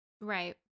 right